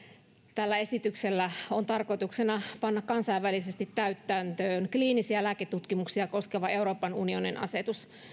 tällä esityksellä on tarkoituksena panna kansainvälisesti täytäntöön kliinisiä lääketutkimuksia koskeva euroopan unionin asetus